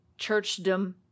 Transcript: churchdom